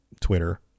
Twitter